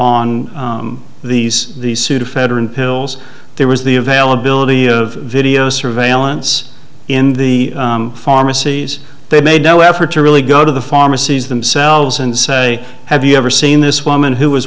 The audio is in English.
on these the sudafed and pills there was the availability of video surveillance in the pharmacies they made no effort to really go to the pharmacies themselves and say have you ever seen this woman who was